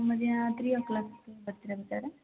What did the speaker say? ಮಧ್ಯಾಹ್ನ ತ್ರೀ ಓ ಕ್ಲಾಕಿಗೆ ಬರ್ತಿರಲ್ಲಾ ಸರ್